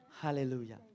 Hallelujah